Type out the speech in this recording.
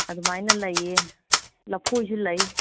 ꯑꯗꯨꯃꯥꯏꯅ ꯂꯩꯌꯦ ꯂꯐꯣꯏꯁꯨ ꯂꯩ